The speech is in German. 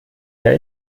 der